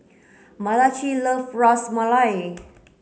Malachi love Ras Malai